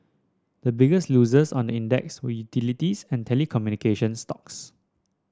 the biggest losers on the index were utilities and telecommunication stocks